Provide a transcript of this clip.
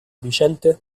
viciente